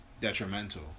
detrimental